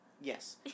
yes